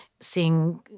seeing